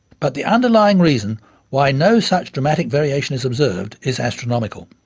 but the underlying reason why no such dramatic variation is observed, is astronomical.